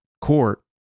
court